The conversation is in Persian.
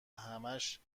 همهاش